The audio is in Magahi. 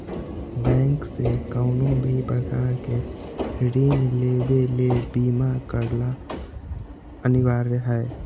बैंक से कउनो भी प्रकार के ऋण लेवे ले बीमा करला अनिवार्य हय